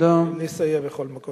תודה.